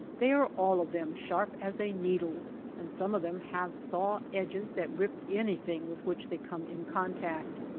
they are all of them sharp as a needle and some of them have saw edges that rip anything with which they come in contact.